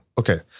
Okay